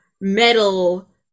metal